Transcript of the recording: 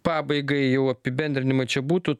pabaigai jau apibendrinimui čia būtų